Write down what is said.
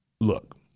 look